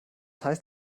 heißt